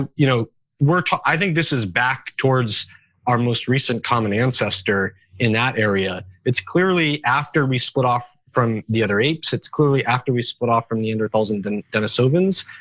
ah you know i think this is back towards our most recent common ancestor in that area. it's clearly after we split off from the other apes. it's clearly after we split off from neanderthals and and denisovans.